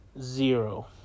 zero